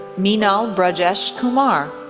meenal brajesh kumar,